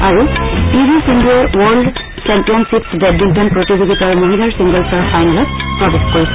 আৰু P V সিন্ধুৱে world championships badminton প্ৰতিযোগিতাৰ মহিলাৰ ছিংগলছৰ ফাইনেলত প্ৰৱেশ কৰিছে